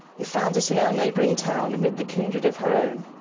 and found it in our neighbouring town amid the kindred of her own.